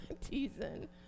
teasing